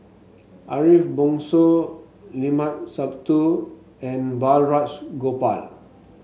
Ariff Bongso Limat Sabtu and Balraj Gopal